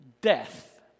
death